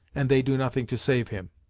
and they do nothing to save him.